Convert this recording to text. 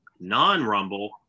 non-Rumble